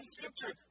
Scripture